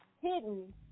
hidden